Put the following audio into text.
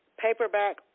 paperback